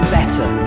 Better